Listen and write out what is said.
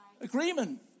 Agreement